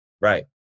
Right